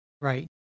Right